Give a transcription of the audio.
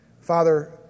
Father